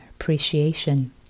appreciation